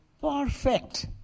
perfect